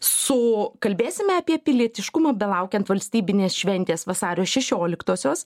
su kalbėsime apie pilietiškumo belaukiant valstybinės šventės vasario šešioliktosios